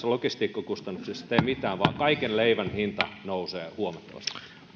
logistiikan kustannuksissa tee mitään vaan kaiken leivän hinta nousee huomattavasti